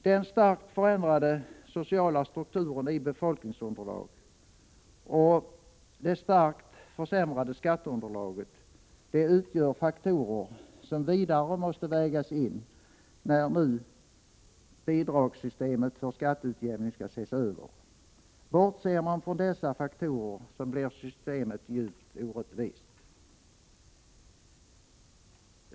Den starkt förändrade sociala strukturen i befolkningsunderlag och det starkt försämrade skatteunderlaget utgör faktorer som vidare måste vägas in när nu bidragssystemet för skatteutjämning skall ses över. Bortser man från dessa faktorer blir systemet djupt orättvist.